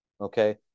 okay